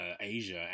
Asia